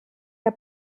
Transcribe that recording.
der